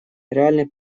реальный